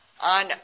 on